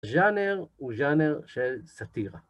ג'אנר הוא ג'אנר של סאטירה.